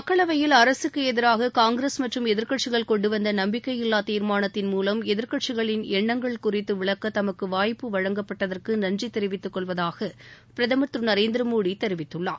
மக்களவையில் அரசுக்கு எதிராக காங்கிரஸ் மற்றும் எதிர்க்கட்சிகள் கொண்டு வந்த நம்பிக்கையில்லா தீர்மானத்தின் மூலம் எதிர்க்கட்சிகளின் எண்ணங்கள் குறித்து விளக்க தமக்கு வாய்ப்பு வழங்கப்பட்டதற்கு நன்றி தெரிவித்துக் கொள்வதாக பிரதமர் திரு நரேந்திரமோடி தெரிவித்துள்ளார்